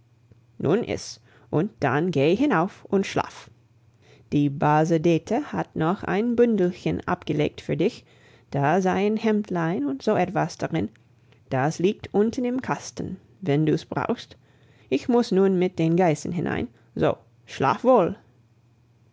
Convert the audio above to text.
nun iss und dann geh hinauf und schlaf die base dete hat noch ein bündelchen abgelegt für dich da seien hemdlein und so etwas darin das liegt unten im kasten wenn du's brauchst ich muss nun mit den geißen hinein so schlaf wohl